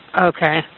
Okay